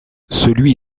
celui